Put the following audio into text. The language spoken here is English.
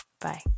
Bye